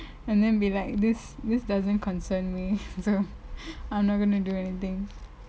and then be like this this doesn't concern me so I'm not gonna do anything